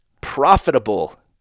profitable